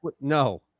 No